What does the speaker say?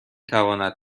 تواند